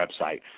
website